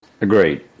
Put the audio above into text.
Agreed